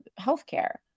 healthcare